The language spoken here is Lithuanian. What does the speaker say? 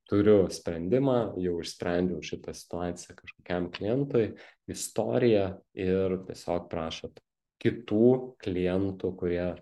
turiu sprendimą jau išsprendžiau šitą situaciją kažkokiam klientui istorija ir tiesiog prašot kitų klientų kurie